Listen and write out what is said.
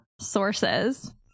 sources